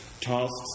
tasks